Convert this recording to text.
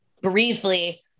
briefly